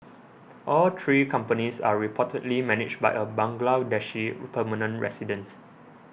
all three companies are reportedly managed by a Bangladeshi permanent resident